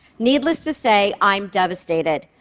needless to say, i'm devastated.